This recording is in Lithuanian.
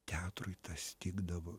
teatrui tas tikdavo